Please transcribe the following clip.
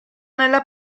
nella